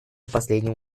последним